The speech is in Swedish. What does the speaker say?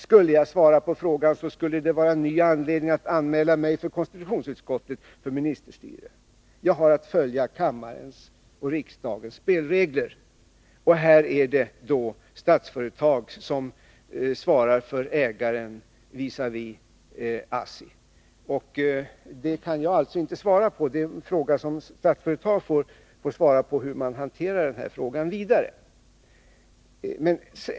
Skulle jag svara på frågan så skulle det vara en ny anledning att anmäla mig för konstitutionsutskottet för ministerstyre. Jag har att följa kammarens och riksdagens spelregler. I detta fall är det Statsföretag som svarar för ägaren visavi ASSI, och det kan jag inte svara på. Statsföretag får svara på hur man skall hantera den frågan vidare.